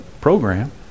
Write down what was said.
program